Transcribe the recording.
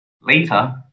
Later